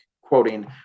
quoting